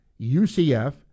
UCF